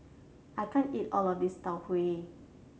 I can't eat all of this Tau Huay